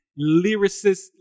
lyricist